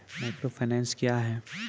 Microfinance bank क्या हैं?